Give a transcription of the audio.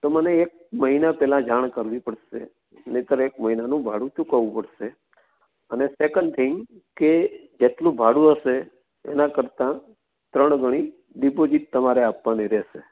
તો મને એક મહિના પહેલા જાણ કરવી પડશે નહિતર એક મહિનાનું ભાડું ચૂકવવું પડશે અને સેકન્ડ થિંગ કે જેટલું ભાડું હશે એના કરતાં ત્રણ ઘણી ડિપોઝીટ તમારે આપવાની રહેશે